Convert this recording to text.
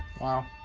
wow.